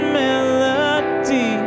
melody